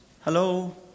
Hello